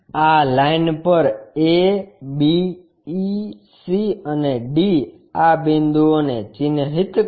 આ લાઈન પર a b e c અને d આ બિંદુઓને ચિહ્નિત કરો